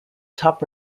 top